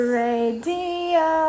radio